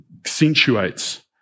accentuates